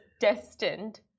destined